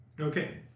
Okay